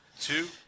two